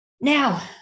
Now